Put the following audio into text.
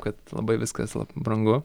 kad labai viskas brangu